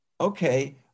Okay